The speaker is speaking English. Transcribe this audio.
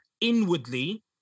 inwardly